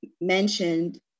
mentioned